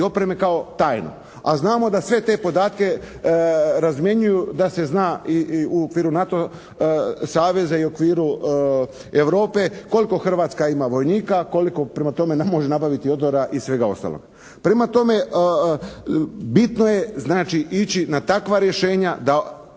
opreme kao tajno. A znamo da sve te podatke razmjenjuju, da se zna i u okviru NATO saveza i u okviru Europe koliko Hrvatska ima vojnika. Prema tome, …/Govornik se ne razumije./… može nabaviti odora i svega ostalog. Prema tome, bitno je znači ići na takva rješenja da